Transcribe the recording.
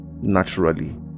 naturally